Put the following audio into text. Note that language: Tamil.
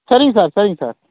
சரிங் சார் சரிங் சார்